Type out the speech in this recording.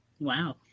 Wow